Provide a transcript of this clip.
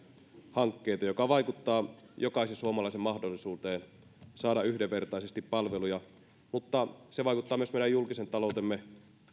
hankkeita joka vaikuttaa jokaisen suomalaisen mahdollisuuteen saada yhdenvertaisesti palveluja mutta se vaikuttaa myös meidän julkisen taloutemme